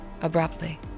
abruptly